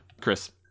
Chris